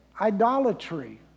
idolatry